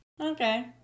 Okay